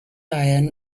iron